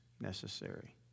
necessary